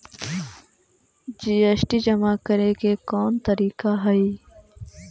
GST जमा करे के कौन तरीका हई